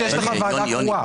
כשיש לך ועדה קרואה.